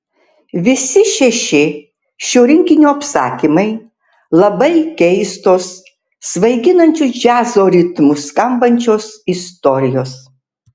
visi šeši šio rinkinio apsakymai labai keistos svaiginančiu džiazo ritmu skambančios istorijos